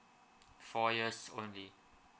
four years only